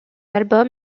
album